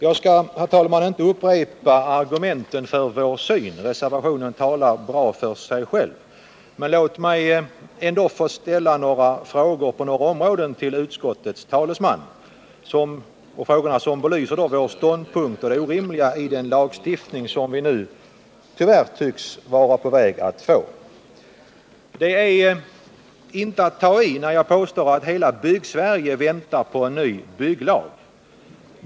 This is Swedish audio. Jag skall, herr talman, inte upprepa argumenten för vår syn. Reservationen talar bra för sig själv. Men låt mig ändå på några områden till utskottets talesman få ställa en del frågor, som belyser vår ståndpunkt och det orimliga i den lagstiftning som vi nu tyvärr tycks vara på väg att få. Det är inte att ta i när jag påstår att hela ”Byggsverige” väntar på en ny bygglag.